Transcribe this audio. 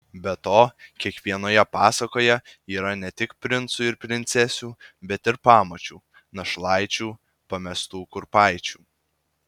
be to kiekvienoje pasakoje yra ne tik princų ir princesių bet ir pamočių našlaičių pamestų kurpaičių